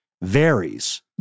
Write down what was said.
varies